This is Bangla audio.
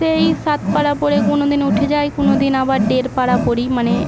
সেই সাত পারা পড়ে কোনো দিনও উঠে যাই কোনো দিন আবার ডের পারা পড়ি মানে